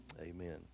Amen